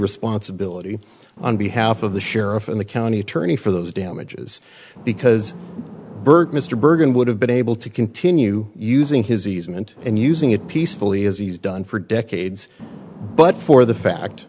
responsibility on behalf of the sheriff and the county attorney for those damages because burke mr bergen would have been able to continue using his easement and using it peacefully as he's done for decades but for the fact